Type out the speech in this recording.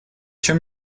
чем